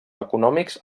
econòmics